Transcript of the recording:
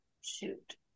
shoot